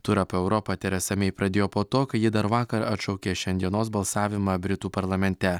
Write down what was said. turą po europą teresa mei pradėjo po to kai ji dar vakar atšaukė šiandienos balsavimą britų parlamente